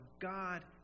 God